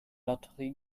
lotterie